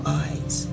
eyes